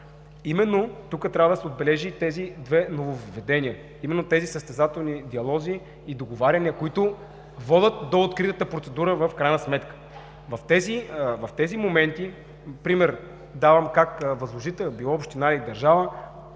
Именно тук трябва да се отбележат тези две нововъведения, именно тези състезателни диалози и договаряния, които водят до откритата процедура в крайна сметка. В тези моменти, примерно, давам как възложител – било община или държава,